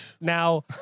Now